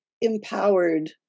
empowered